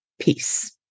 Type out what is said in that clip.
Peace